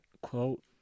quote